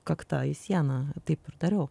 kakta į sieną taip ir dariau